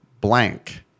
blank